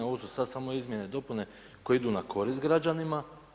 Ovo su sad samo izmjene i dopune koje idu na korist građanima.